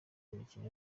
imikino